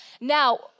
Now